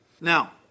Now